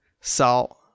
salt